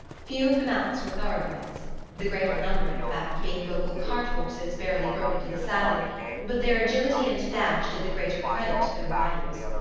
few of the mounts were thoroughbreds the greater number, in fact, being local cart-horses barely broken to the saddle but their agility and dash did the greater credit to their riders.